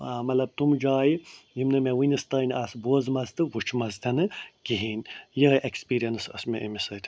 مطلب تِم جایہِ یِم نہٕ مےٚ ؤنِس تانۍ آسہٕ بوزٕمَژٕ تہٕ وُچھمَژ تِنہٕ کِہیٖنۍ یِہٕے اٮ۪کٕسپریٖنَس ٲسۍ مےٚ أمِس سۭتۍ